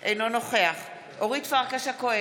אינו נוכח אורית פרקש הכהן,